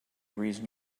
reason